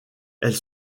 elles